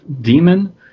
Demon